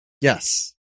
Yes